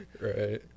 right